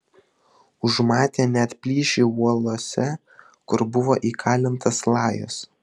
užmatė net plyšį uolose kur buvo įkalintas lajus